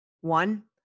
One